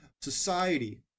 society